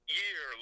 year